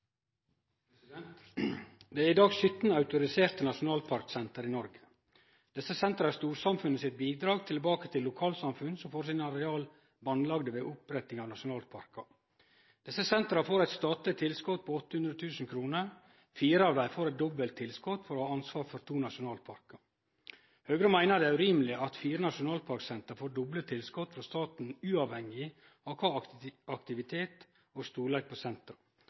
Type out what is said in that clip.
til. Det er i dag 17 autoriserte nasjonalparksenter i Noreg. Desse sentera er storsamfunnet sitt bidrag tilbake til lokalsamfunn som får sine areal bandlagde ved opprettinga av nasjonalparkar. Desse sentera får eit statleg tilskot på 800 000 kr. Fire av dei får eit dobbelt tilskot for å ha ansvaret for to nasjonalparkar. Høgre meiner det er urimeleg at fire nasjonalparksenter får doble tilskot frå staten uavhengig av aktivitet og storleik på